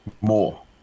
More